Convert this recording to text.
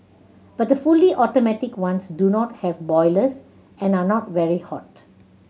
but the fully automatic ones do not have boilers and are not very hot